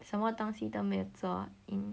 什么东西都没做 in